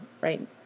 right